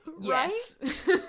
Yes